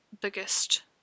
biggest